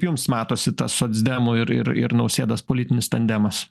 jums matosi tas socdemų ir ir ir nausėdos politinis tandemas